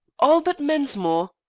albert mensmore?